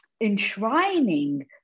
enshrining